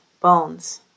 bones